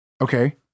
Okay